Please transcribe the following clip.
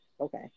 okay